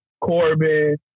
Corbin